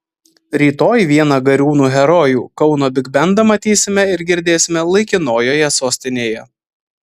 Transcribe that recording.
rytoj vieną gariūnų herojų kauno bigbendą matysime ir girdėsime laikinojoje sostinėje